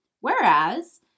Whereas